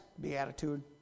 beatitude